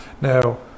now